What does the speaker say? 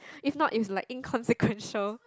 if not is like inconsequential